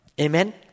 Amen